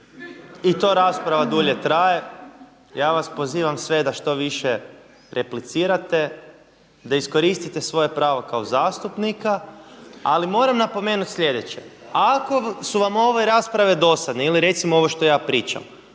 i to rasprava dulje traje. Ja vas pozivam sve da što više replicirate, da iskoristite svoje pravo kao zastupnika, ali moram napomenuti slijedeće ako su vam ove rasprave dosadne ili recimo ovo što ja pričam